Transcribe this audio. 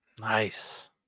nice